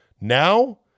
Now